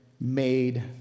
made